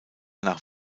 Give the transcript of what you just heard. nach